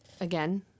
again